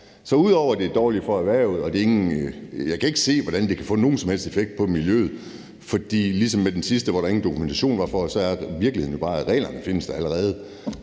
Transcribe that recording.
Så ud over at det er dårligt for erhvervet, kan jeg ikke se, det kan få nogen som helst effekt for miljøet, for det er ligesom med det sidste, at der ingen dokumentation er for det. Og så er virkeligheden jo bare, at reglerne allerede